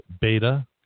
beta